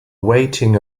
waiting